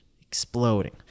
exploding